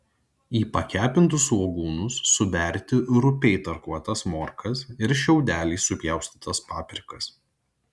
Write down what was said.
į pakepintus svogūnus suberti rupiai tarkuotas morkas ir šiaudeliais supjaustytas paprikas